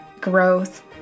growth